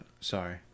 Sorry